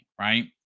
right